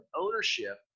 ownership